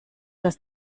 dass